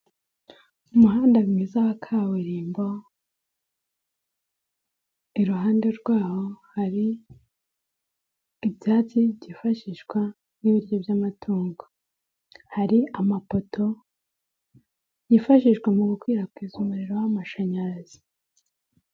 Umuhanda mwiza wa kaburimbo, iruhande rwaho hari ibyatsi byifashishwa nk'ibiryo by'amatungo. Aari amapoto yifashishwa mu gukwirakwiza umuriro w'amashanyarazi.